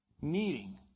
needing